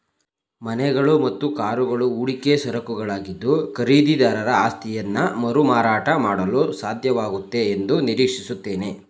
ಮನೆಗಳು ಮತ್ತು ಕಾರುಗಳು ಹೂಡಿಕೆ ಸರಕುಗಳಾಗಿದ್ದು ಖರೀದಿದಾರ ಆಸ್ತಿಯನ್ನಮರುಮಾರಾಟ ಮಾಡಲುಸಾಧ್ಯವಾಗುತ್ತೆ ಎಂದುನಿರೀಕ್ಷಿಸುತ್ತಾನೆ